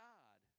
God